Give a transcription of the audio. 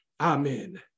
amen